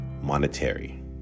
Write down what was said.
monetary